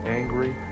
angry